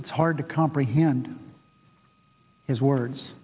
it's hard to comprehend his words